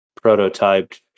prototyped